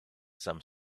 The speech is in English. some